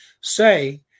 say